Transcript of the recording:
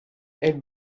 elle